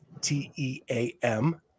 T-E-A-M